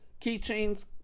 Keychains